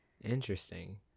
Interesting